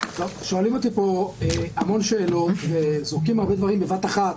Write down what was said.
הערכה שלי היא שעם כל הכבוד לוועדה הנכבדה שיושבת כאן,